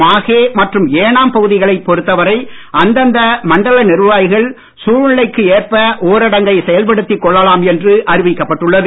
மாகே மற்றும் ஏனாம் பகுதிகளைச் பொறுத்தவரை அந்தந்த மண்டல நிர்வாகிகள் சூழ்நிலைக்கு ஏற்ப ஊரடங்கை செயல்படுத்திக் கொள்ளலாம் என்று அறிவிக்கப்பட்டுள்ளது